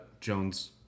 Jones